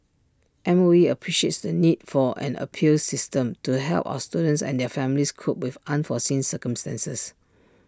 M O E appreciates the need for an appeals system to help our students and their families cope with unforeseen circumstances